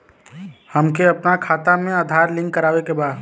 हमके अपना खाता में आधार लिंक करावे के बा?